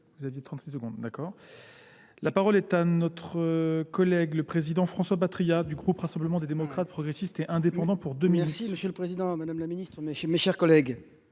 vous avez 36 secondes, d'accord. La parole est à notre collègue le président François Batria du groupe rassemblement des démocrates progressistes et indépendants pour deux minutes. Merci monsieur Merci monsieur le président, madame la ministre, mes chers collègues.